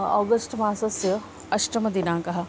आगस्ट्मासस्य अष्टमदिनाङ्कः